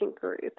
group